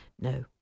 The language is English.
No